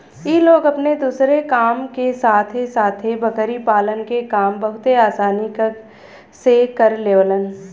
इ लोग अपने दूसरे काम के साथे साथे बकरी पालन के काम बहुते आसानी से कर लेवलन